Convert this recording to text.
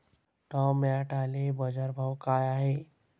टमाट्याले बाजारभाव काय हाय?